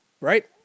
right